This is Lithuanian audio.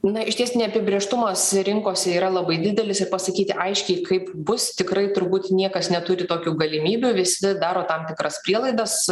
na išties neapibrėžtumas rinkose yra labai didelis ir pasakyti aiškiai kaip bus tikrai turbūt niekas neturi tokių galimybių visi daro tam tikras prielaidas